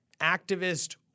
activist